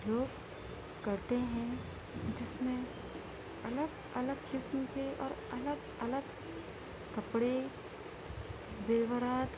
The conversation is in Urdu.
لوگ کرتے ہیں جس میں الگ الگ قسم کے اور الگ الگ کپڑے زیورات